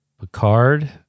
Picard